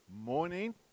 morning